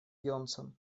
йонсон